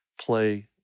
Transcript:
play